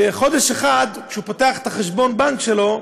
חודש אחד, כשהוא פותח את החשבון בנק שלו,